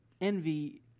Envy